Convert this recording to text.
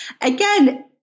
again